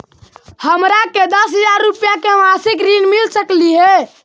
हमरा के दस हजार रुपया के मासिक ऋण मिल सकली हे?